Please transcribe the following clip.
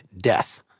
death